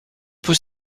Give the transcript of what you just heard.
peut